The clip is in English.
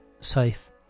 safe